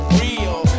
real